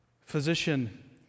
Physician